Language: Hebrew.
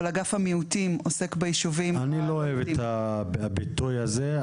אבל אגף המיעוטים עוסק בישובים --- אני לא אוהב את הביטוי הזה.